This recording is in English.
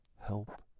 help